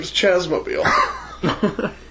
Chazmobile